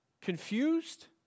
Confused